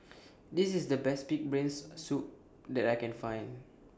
This IS The Best Pig'S Brain Soup that I Can Find